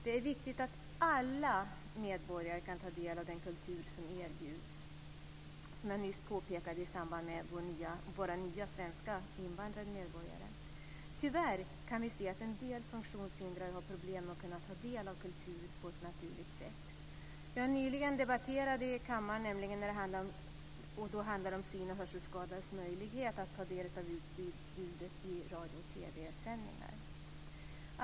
Det är viktigt att alla medborgare kan ta del av den kultur som erbjuds, som jag nyss påpekade i samband med våra nya svenska medborgare. Tyvärr kan vi se att en del funktionshindrade har problem med att kunna ta del av kultur på ett naturligt sätt. Vi har nyligen debatterat detta i kammaren, och då handlade det om syn och hörselskadades möjlighet att ta del av utbudet i radio och TV-sändningar.